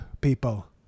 people